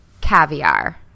caviar